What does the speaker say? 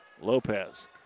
Lopez